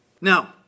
Now